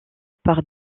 par